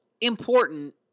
important